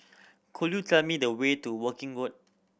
could you tell me the way to Woking